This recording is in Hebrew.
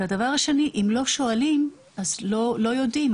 הדבר השני, אם לא שואלים, אז לא יודעים.